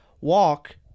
walk